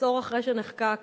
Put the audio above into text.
עשור אחרי שנחקק